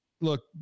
look